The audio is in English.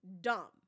dumb